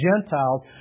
Gentiles